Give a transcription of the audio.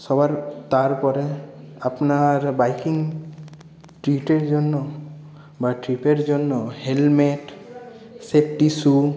সবার তারপরে আপনার বাইকিং জন্য বা ট্রিপের জন্য হেলমেট সেফটি সু